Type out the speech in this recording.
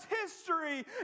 history